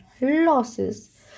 Losses